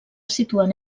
situen